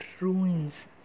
ruins